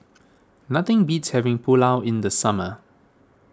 nothing beats having Pulao in the summer